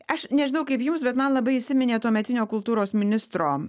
aš nežinau kaip jums bet man labai įsiminė tuometinio kultūros ministro